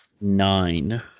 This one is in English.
nine